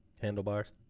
Handlebars